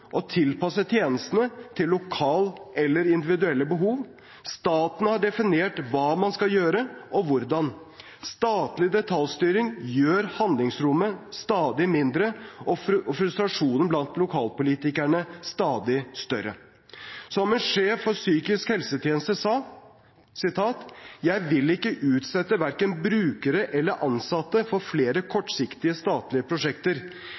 å tilpasse tjenestene til lokale eller individuelle behov, staten har definert hva man skal gjøre, og hvordan. Statlig detaljstyring gjør handlingsrommet stadig mindre og frustrasjonen blant lokalpolitikerne stadig større. Som en sjef for en psykisk helsetjeneste sa: «Jeg vil ikke utsette verken brukere eller ansatte for flere kortsiktige statlige prosjekter.